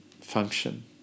function